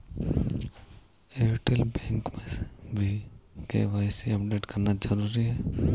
Airtel bank में भी KYC update करना जरूरी है